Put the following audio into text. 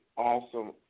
awesome